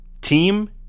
team